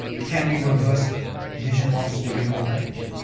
can we reverse vision loss during old age?